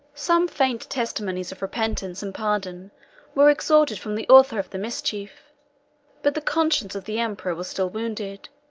some faint testimonies of repentance and pardon were extorted from the author of the mischief but the conscience of the emperor was still wounded,